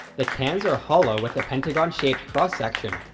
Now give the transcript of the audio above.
the cans are hollow with a pentagon-shaped cross-section,